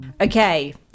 Okay